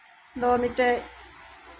ᱫᱚ ᱢᱤᱫᱮᱡ